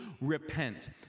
repent